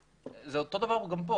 אותו הדבר גם כאן.